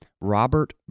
Robert